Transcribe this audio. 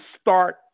start